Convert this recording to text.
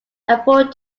effort